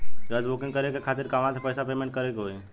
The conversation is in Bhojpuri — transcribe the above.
गॅस बूकिंग करे के खातिर कहवा से पैसा पेमेंट करे के होई?